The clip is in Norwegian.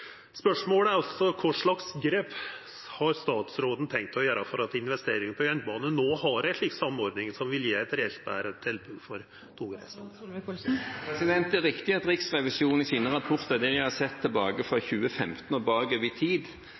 Spørsmålet er: Kva slags grep har statsråden tenkt å gjera for at investeringa i jernbane har ei samordning som vil gje eit reelt betre togtilbod? Det er riktig at Riksrevisjonen i sine rapporter – det jeg har sett fra 2015 og bakover i tid